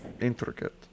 intricate